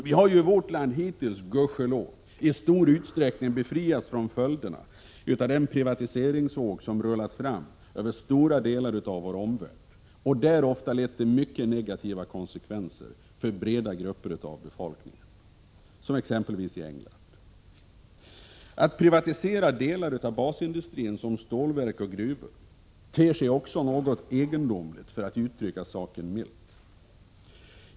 Vi har ju i vårt land hittills gudskelov i stor utsträckning befriats från följderna av den privatiseringsvåg som rullat fram över stora delar av vår omvärld och där ofta fått mycket negativa konsekvenser för breda grupper av befolkningen, som exempelvis i England. Att privatisera delar av basindustrin som stålverk och gruvor ter sig också något egendomligt, för att uttrycka saken milt.